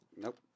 Nope